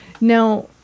Now